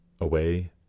away